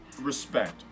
respect